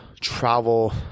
travel